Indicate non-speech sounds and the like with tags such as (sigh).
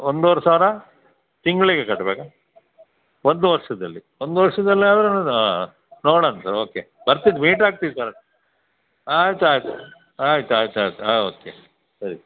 ಒಂದುವರೆ ಸಾವಿರ ತಿಂಗಳಿಗೆ ಕಟ್ಟಬೇಕ ಒಂದು ವರ್ಷದಲ್ಲಿ ಒಂದು ವರ್ಷದಲ್ಲಿ ಆದರೆ (unintelligible) ನೋಡೋಣ ಸರ್ ಓಕೆ ಬರ್ತೀನಿ ಮೀಟ್ ಆಗ್ತೀವಿ ಸರ್ ಆಯ್ತು ಆಯಿತು ಆಯ್ತು ಆಯ್ತು ಆಯ್ತು ಹಾಂ ಓಕೆ ಸರಿ